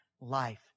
life